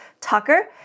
Tucker